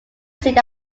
seat